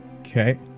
Okay